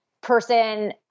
person